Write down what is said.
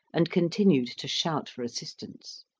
and continued to shout for assistance.